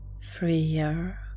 freer